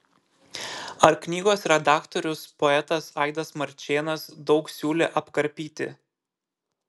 ar knygos redaktorius poetas aidas marčėnas daug siūlė apkarpyti